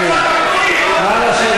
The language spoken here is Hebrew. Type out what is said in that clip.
זה סגן שר הפנים.